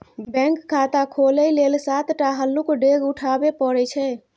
bank खाता खोलय लेल सात टा हल्लुक डेग उठाबे परय छै